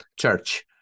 church